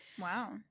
Wow